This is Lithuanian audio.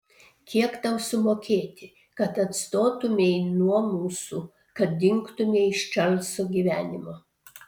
kiek tau sumokėti kad atstotumei nuo mūsų kad dingtumei iš čarlzo gyvenimo